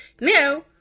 now